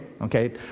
okay